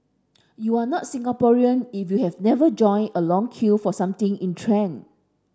you are not Singaporean if you have never joined a long queue for something in trend